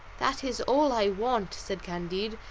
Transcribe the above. that is all i want, said candide,